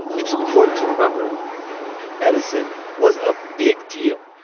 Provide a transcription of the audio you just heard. it's important to remember edison was a big deal.